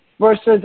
versus